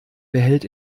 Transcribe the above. behält